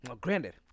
Granted